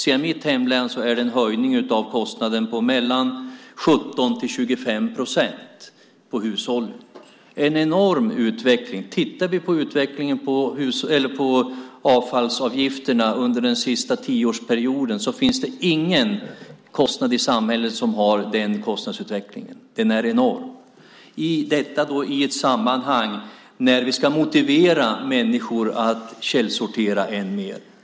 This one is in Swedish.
I mitt hemlän har det skett en ökning av kostnaden på mellan 17 och 25 procent för hushållen. Det är en enorm ökning. Om vi tittar på utvecklingen av avfallsavgifterna under den senaste tioårsperioden ser vi att ingen annan kostnad i samhället haft en sådan utveckling. Den är enorm. Detta sker dessutom i ett sammanhang där vi ska motivera människor att källsortera ännu mer.